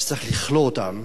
שצריך לכלוא אותם.